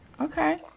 okay